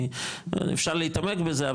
אפשר להתעמק בזה,